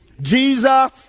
Jesus